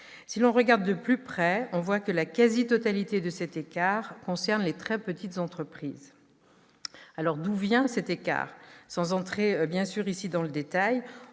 Si l'on y regarde de plus près, on voit que la quasi-totalité de cet écart concerne les très petites entreprises. D'où vient cet écart ? Sans entrer ici dans le détail,